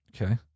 Okay